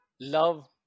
love